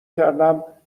کردم